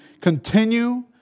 continue